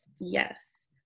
Yes